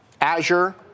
Azure